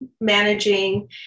managing